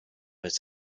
its